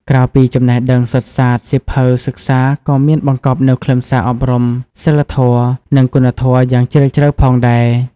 ក្រៅពីចំណេះដឹងសុទ្ធសាធ សៀវភៅសិក្សាក៏មានបង្កប់នូវខ្លឹមសារអប់រំសីលធម៌ និងគុណធម៌យ៉ាងជ្រាលជ្រៅផងដែរ។